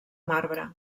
marbre